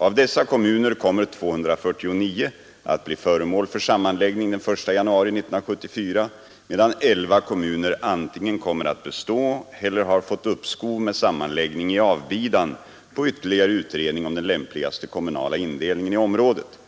Av dessa kommuner kommer 249 att bli föremål för sammanläggning den 1 januari 1974 medan 11 kommuner antingen kommer att bestå eller har fått uppskov med sammanläggning i avbidan på ytterligare utredning om den lämpligaste kommunala indelningen i området.